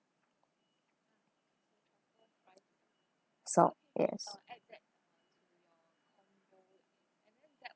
salt yes